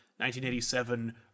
1987